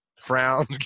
Frown